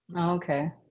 Okay